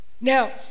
Now